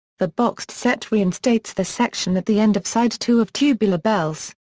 the boxed set reinstates the section at the end of side two of tubular bells.